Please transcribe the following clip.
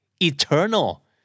Eternal